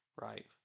right